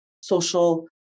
social